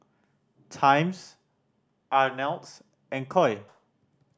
Times Ameltz and Koi